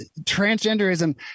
transgenderism